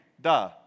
Duh